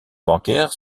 bancaires